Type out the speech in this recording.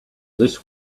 this